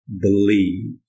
believe